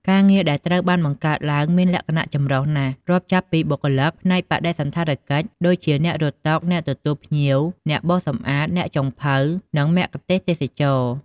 ការងារដែលត្រូវបានបង្កើតឡើងមានលក្ខណៈចម្រុះណាស់ រាប់ចាប់ពីបុគ្គលិកផ្នែកបដិសណ្ឋារកិច្ច ដូចជា អ្នករត់តុ អ្នកទទួលភ្ញៀវ អ្នកបោសសម្អាត អ្នកចុងភៅ និង មគ្គុទ្ទេសក៍ទេសចរណ៍។